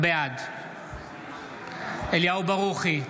בעד אליהו ברוכי,